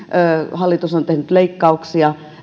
hallitus on tehnyt leikkauksia